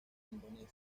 indonesia